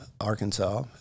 Arkansas